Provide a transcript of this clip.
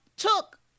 took